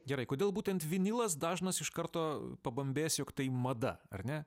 gerai kodėl būtent vinilas dažnas iš karto pabambės jog tai mada ar ne